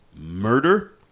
Murder